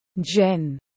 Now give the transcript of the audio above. Jen